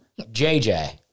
JJ